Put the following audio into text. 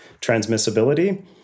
transmissibility